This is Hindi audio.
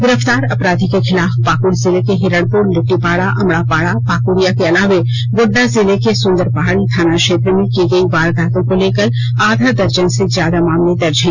गिरफ्तार अपराधी के खिलाफ पाकुड़ जिले के हिरणपुर लिट्टीपाड़ा अमड़ापाड़ा पाकृड़िया के अलावे गोड्डा जिले के सुंदरपहाड़ी थाना क्षेत्र में की गयी वारदातों को लेकर आधा दर्जन से ज्यादा मामले दर्ज है